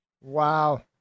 Wow